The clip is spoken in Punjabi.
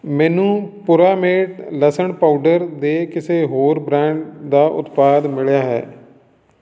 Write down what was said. ਮੈਨੂੰ ਪੁਰਾਮੇਟ ਲਸਣ ਪਾਊਡਰ ਦੇ ਕਿਸੇ ਹੋਰ ਬ੍ਰਾਂਡ ਦਾ ਉਤਪਾਦ ਮਿਲਿਆ ਹੈ